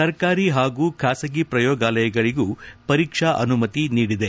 ಸರ್ಕಾರಿ ಹಾಗೂ ಖಾಸಗಿ ಪ್ರಯೋಗಾಲಯಗಳಗೂ ಪರೀಕ್ಷಾ ಅನುಮತಿ ನೀಡಿದೆ